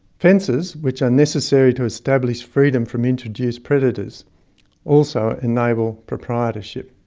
fences which are necessary to establish freedom from introduced predators also enable proprietorship.